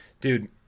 dude